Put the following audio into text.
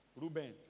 Ruben